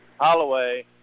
Holloway